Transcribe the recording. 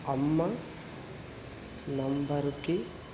అమ్మ నంబరుకి